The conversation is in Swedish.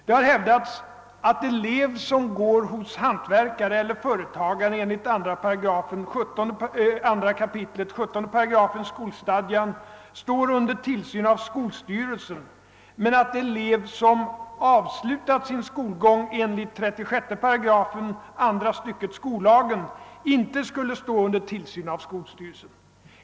Det har hävdats att elev som går hos hantverkare eller företagare enligt 2 kap. 17 § skolstadgan står under tillsyn av skolstyrelsen, men att elev som avslutat sin skolgång enligt 36 § andra stycket skollagen inte skulle stå under tillsyn av skolstyrelsen.